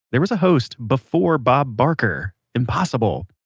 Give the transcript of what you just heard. there was a host before bob barker. impossible!